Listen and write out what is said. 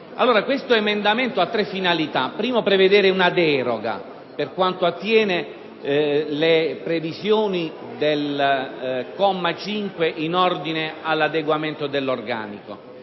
Questo emendamento ha quindi tre finalità: la prima, prevedere una deroga per quanto attiene le previsioni del comma 5 in ordine all'adeguamento dell'organico;